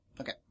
Okay